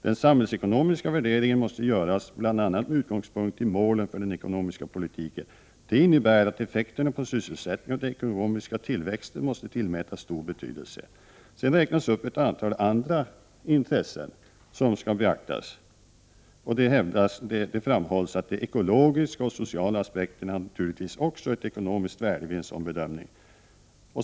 Den samhällsekonomiska värderingen måste göras bl.a. med utgångspunkt i målen för den ekonomiska politiken. Det innebär att effekterna på sysselsättningen och den ekonomiska tillväxten måste tillmätas stor betydelse. Sedan räknas upp ett stort antal andra intressen som skall beaktas. Det framhålls att de ekologiska och sociala aspekterna naturligtvis också har ett ekonomiskt värde vid en sådan bedömning.